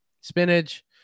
spinach